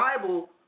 Bible